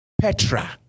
Petra